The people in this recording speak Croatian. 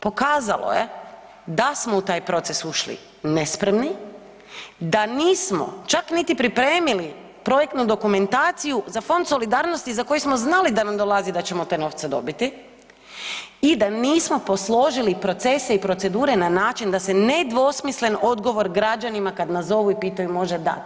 Pokazalo je da smo u taj proces ušli nespremni, da nismo čak niti pripremili projektnu dokumentaciju za Fond solidarnosti za koji smo znali da nam dolazi da ćemo te novce dobiti i da nismo posložili procese i procedure na način da se nedvosmislen odgovor građanima kad nas zovu i pitaju može dati.